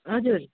हजुर